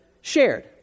shared